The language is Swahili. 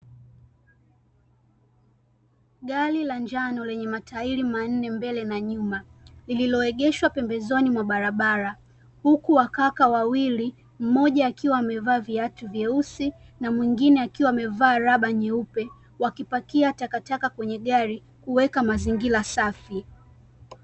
Gari la njano lenye matairi manne mbele na nyuma, lililoegeshwa pembezoni mwa barabara. Huku wakaka wawili, mmoja akiwa amevaa viatu vyeusi na mwingine akiwa amevaa raba nyeupe wakipakia takataka kwenye gari, kuweka mazingira safi.